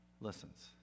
listens